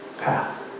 path